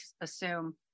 assume